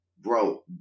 bro